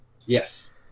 Yes